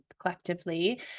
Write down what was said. collectively